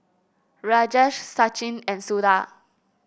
Rajesh Sachin and Suda